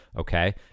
okay